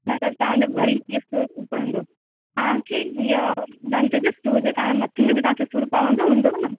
न त तव्हांजो वरी हीअ सूर उभिरंदो तव्हांखे हीअ दंदु जे सूर जे कारण मथे में बि तव्हांखे सूर पवंदो हूंदो न